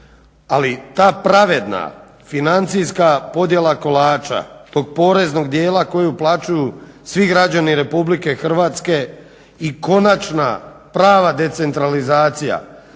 ali ta pravedna financijska podjela kolača, tog poreznog dijela koji uplaćuju svi građani Republike Hrvatske i konačna prava decentralizacija